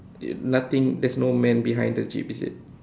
it nothing there is no man behind the jeep is it